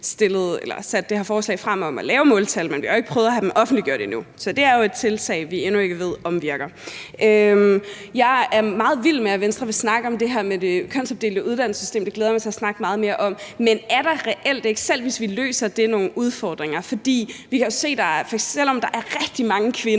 det her forslag om at lave måltal, men vi har jo ikke prøvet at få dem offentliggjort endnu, så det er jo et tiltag, som vi endnu ikke ved om virker. Jeg er meget vild med, at Venstre vil snakke om det her med det kønsopdelte uddannelsessystem, og det glæder jeg mig til at snakke meget mere om, men er der reelt ikke, selv hvis vi løser det, nogle udfordringer? Vi kan jo se, at selv om der er rigtig mange kvinder,